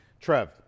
Trev